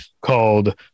called